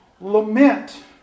lament